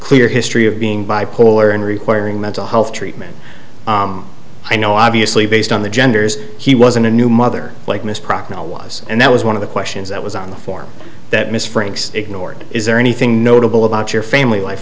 clear history of being bipolar and requiring mental health treatment i know obviously based on the genders he wasn't a new mother like ms procmail was and that was one of the questions that was on the form that miss franks ignored is there anything notable about your family life